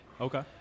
Okay